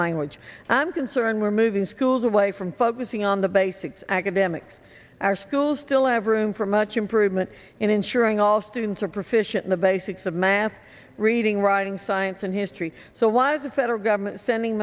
language i'm concerned we're moving schools away from focusing on the basics academics our schools still have room for much improvement in ensuring all students are proficient in the basics of math reading writing science and history so why is the federal government sending